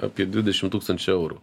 apie dvidešim tūkstančių eurų